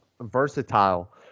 versatile